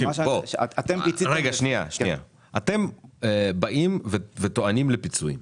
אתם באים וטוענים לפיצוי,